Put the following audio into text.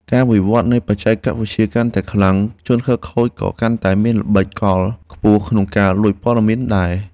ការវិវត្តន៍នៃបច្ចេកវិទ្យាកាន់តែខ្លាំង ជនខិលខូចក៏កាន់តែមានល្បិចកលខ្ពស់ក្នុងការលួចព័ត៌មានដែរ។